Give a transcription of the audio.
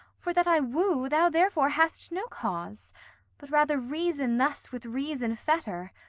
for that i woo, thou therefore hast no cause but rather reason thus with reason fetter,